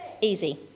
Easy